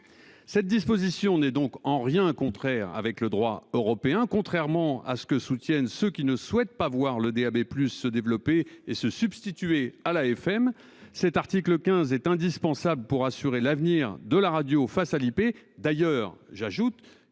Cette disposition n'est donc en rien incompatible avec le droit européen, contrairement à ce que soutiennent ceux qui ne souhaitent pas voir le DAB+ se développer et se substituer à la FM. L'article 15 est indispensable pour assurer l'avenir de la radio face à la